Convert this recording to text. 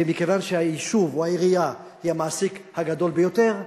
ומכיוון שהיישוב או העירייה היא המעסיק הגדול ביותר,